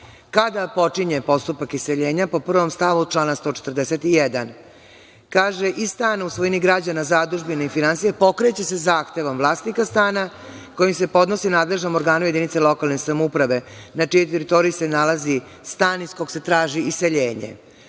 Kada počinje postupak iseljenja po prvom stavu iz člana 141. kaže: iz stana u svojini građana, zadužbine i fondacije, pokreće se zahtevom vlasnika stana koji se podnosi nadležnom organu u jedinici lokalne samouprave na čijoj teritoriji se nalazi stan iz kog se traži iseljenje.